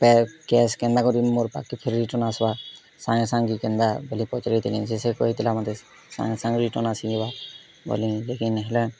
pay cash କେନ୍ତା କରିବି ମୋର ପାଖେ ଫେରିକି ରିଟର୍ନ ଆସ୍ବା ସାଙ୍ଗେ ସାଙ୍ଗେ କେନ୍ତା ବେଲେ ପଚାରିବ ନିଜେ ସେ କହିଥିଲା ମୋତେ ସେ ସାଙ୍ଗେ ସାଙ୍ଗେ ରିଟର୍ନ ଆସିଯିବ ବୋଲି ଦେଖି ନେହିଲା